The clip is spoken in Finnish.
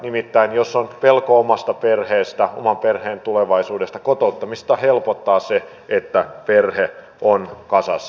nimittäin jos on pelko omasta perheestä oman perheen tulevaisuudesta kotouttamista helpottaa se että perhe on kasassa